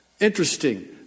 Interesting